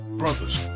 brothers